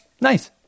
nice